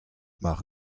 mar